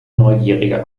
neugierige